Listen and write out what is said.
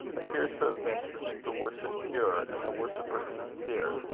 appears to have been to keep the worship pure and the worshippers sincere,